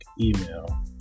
email